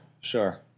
Sure